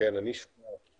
חושב שכל הציפיות,